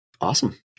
Awesome